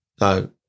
No